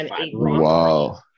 Wow